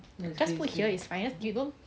just put here it's fine